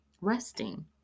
resting